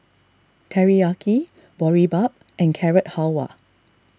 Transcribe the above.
Teriyaki Boribap and Carrot Halwa